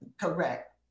Correct